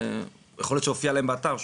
יכול להיות שהופיע להם באתר,